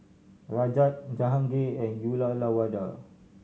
Rajat Jahangir and Uyyalawada